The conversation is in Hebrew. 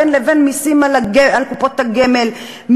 בין לבין מסים על קופות הגמל,